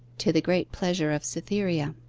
to the great pleasure of cytherea.